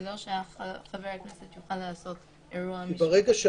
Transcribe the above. ולא שחבר הכנסת יוכל לעשות אירוע משפחתי.